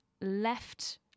left